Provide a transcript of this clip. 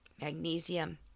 Magnesium